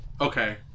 okay